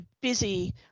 busy